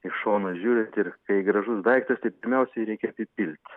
iš šono žiūrint ir kai gražus daiktas tai pirmiausiai jį reikia apipilt